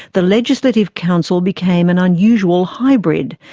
the legislative council became an unusual hybrid,